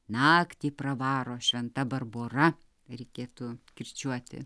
naktį pravaro šventa barbora reikėtų kirčiuoti